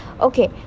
Okay